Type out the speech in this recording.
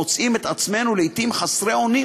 מוצאים את עצמנו לעתים חסרי אונים,